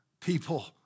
people